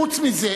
חוץ מזה,